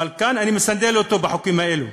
אבל כאן אני מסנדל אותו בחוקים האלה,